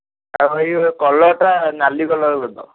ଆଉ ଭାଇ କଲରଟା ନାଲି କଲର୍ କରି ଦେବ